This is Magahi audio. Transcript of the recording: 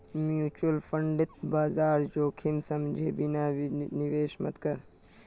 म्यूचुअल फंडत बाजार जोखिम समझे बिना निवेश मत कर